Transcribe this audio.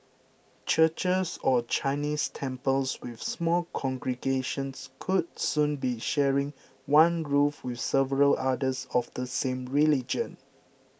churches or Chinese temples with small congregations could soon be sharing one roof with several others of the same religion